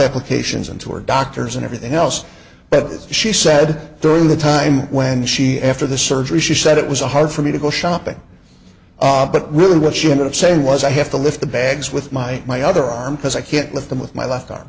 applications and to her doctors and everything else but she said during the time when she after the surgery she said it was a hard for me to go shopping but really what she wanted to say was i have to lift the bags with my my other arm because i can't lift them with my left arm